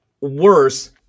worse